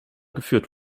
geführt